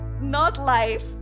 not-life